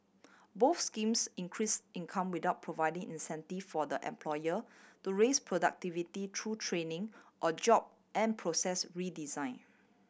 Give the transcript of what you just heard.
both schemes increased income without providing incentive for the employer to raise productivity through training or job and process redesign